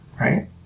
right